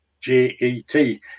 J-E-T